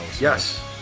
Yes